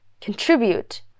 contribute